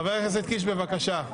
חבר הכנסת קיש, בבקשה.